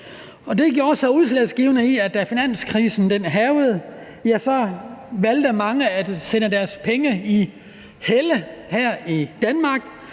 Det gav sig udslag i, at da finanskrisen hærgede, valgte mange at sende deres penge i helle her i Danmark.